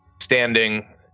standing